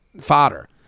fodder